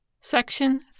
Section